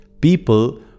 people